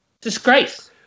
disgrace